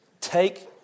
take